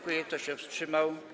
Kto się wstrzymał?